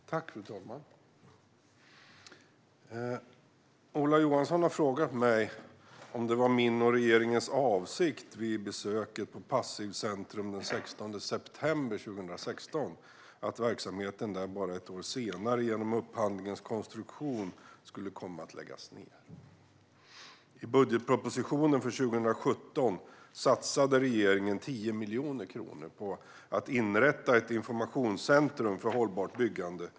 Fru talman! Ola Johansson har frågat mig om det var min och regeringens avsikt vid besöket på Passivhuscentrum den 16 september 2016 att verksamheten där bara ett år senare, genom upphandlingens konstruktion, skulle komma att läggas ned. I budgetpropositionen för 2017 satsade regeringen 10 miljoner kronor på att inrätta ett informationscentrum för hållbart byggande.